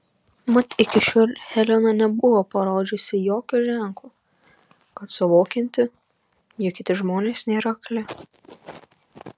mat iki šiol helena nebuvo parodžiusi jokio ženklo kad suvokianti jog kiti žmonės nėra akli